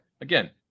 again